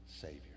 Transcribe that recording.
Savior